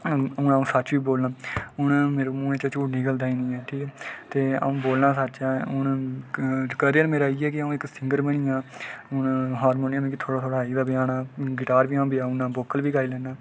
हून अ'ऊ सच्च गै बोलना मेरे मूहें दा झूठ निकलदा गै निं ऐ अ'ऊं बोलना गै सच्च ऐ ते करियर मेरा इ'यै की सिंगर बनी जां ते हार्मोनियम मिगी आई गेदा बजाना गिटार बी अ'ऊं बजाई ओड़ना वोकल बी गाई लैन्ना